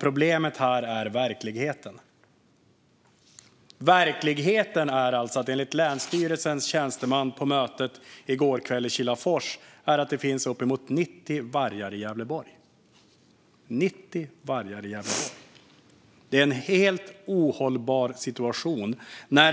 Problemet är verkligheten. Verkligheten är, enligt länsstyrelsens tjänsteman på mötet i går kväll i Kilafors, att det finns uppemot 90 vargar i Gävleborg. Det är en helt ohållbar situation.